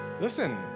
Listen